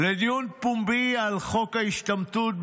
לדיון פומבי על חוק ההשתמטות,